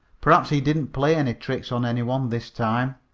perhaps he didn't play any tricks on any one this time,